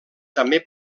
també